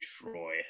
Troy